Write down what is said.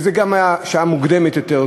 וזה גם שעה מוקדמת יותר,